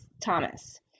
Thomas